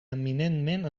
eminentment